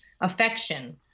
affection